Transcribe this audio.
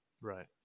Right